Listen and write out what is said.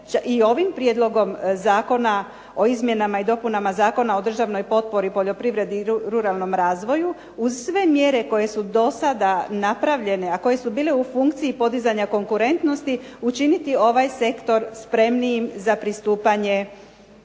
i ovim Prijedlogom zakona o izmjenama i dopunama Zakona o državnoj potpori poljoprivredi i ruralnom razvoju uz sve mjere koje su do sada napravljene a koje su bili u funkciji podizanja konkurentnosti učiniti ovaj sektor spremnijim za pristupanje